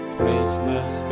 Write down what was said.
Christmas